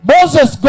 Moses